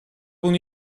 bunu